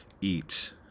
Eat